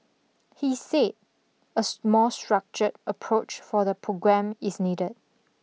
he said a small structured approach for the programme is needed